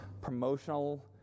promotional